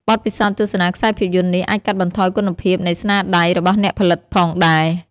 បទពិសោធន៍ទស្សនាខ្សែភាពយន្តនេះអាចកាត់បន្ថយគុណភាពនៃស្នាដៃរបស់អ្នកផលិតផងដែរ។